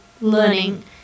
learning